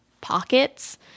pockets